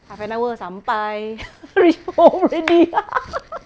half an hour sampai reach home already